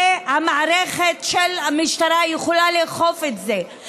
והמערכת של המשטרה יכולה לאכוף את זה,